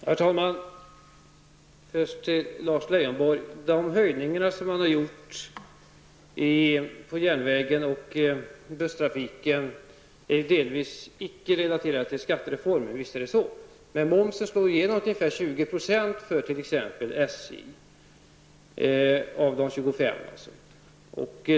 Herr talman! Först till Lars Leijonborg: Visst är det så, att de höjningar som man har genomfört för järnvägs och busstrafiken är delvis icke relaterade till skattereformen. Men momsen slår igenom till ungefär 20 %-- av de 25 procenten -- för t.ex. SJ.